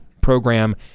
program